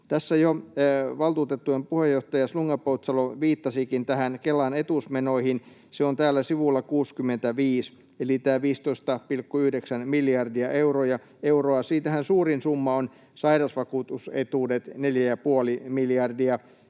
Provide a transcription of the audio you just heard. Tässä jo valtuutettujen puheenjohtaja Slunga-Poutsalo viittasikin näihin Kelan etuusmenoihin. Se on täällä sivulla 65, eli tämä 15,9 miljardia euroa. Siitähän suurin summa ovat sairausvakuutusetuudet, 4,5 miljardia,